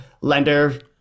lender